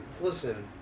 Listen